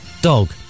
dog